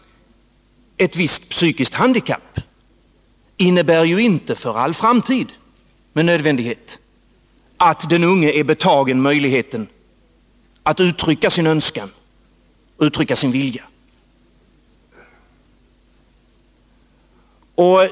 Ett visst psykiskt handikapp innebär ju inte med nödvändighet att den unge för all framtid är betagen möjligheten att uttrycka sin vilja.